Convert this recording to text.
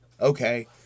Okay